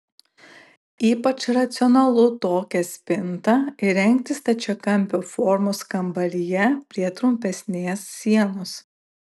ypač racionalu tokią spintą įrengti stačiakampio formos kambaryje prie trumpesnės sienos